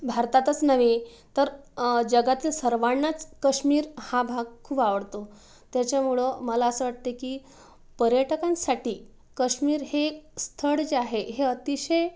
भारतातच नव्हे तर जगातील सर्वांनाच कश्मीर हा भाग खूप आवडतो त्याच्यामुळं मला असं वाटते की पर्यटकांसाठी कश्मीर हे एक स्थळ जे आहे हे अतिशय